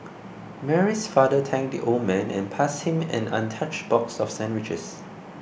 Mary's father thanked the old man and passed him an untouched box of sandwiches